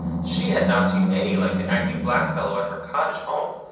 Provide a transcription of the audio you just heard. she had not seen any like the acting blackfellow at her cottage home.